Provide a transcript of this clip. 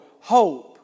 hope